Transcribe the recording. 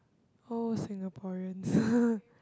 whole Singaporeans